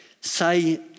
say